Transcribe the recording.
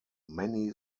many